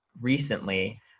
recently